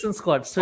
squad